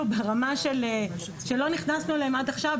הערות ברמה שלא נכנסנו אליהן עד עכשיו,